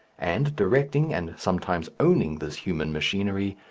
and, directing and sometimes owning this human machinery,